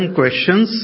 questions